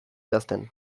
idazten